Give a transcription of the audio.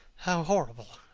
how horrible!